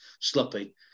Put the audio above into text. sloppy